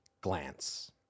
glance